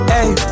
Hey